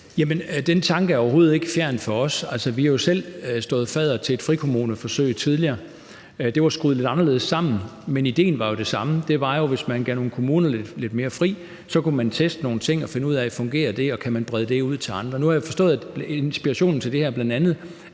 Den tanke er overhovedet ikke fjern for os. Vi har jo selv stået fadder til et frikommuneforsøg tidligere. Det var skruet lidt anderledes sammen, men idéen var jo den samme. Den var jo, at hvis man gav nogle kommuner lidt mere fri, så kunne man teste nogle ting og finde ud af, om de fungerede, og om man kunne brede dem ud til andre. Nu har jeg forstået, at inspirationen til det her bl.a. er